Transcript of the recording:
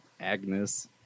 Agnes